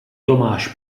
tomáš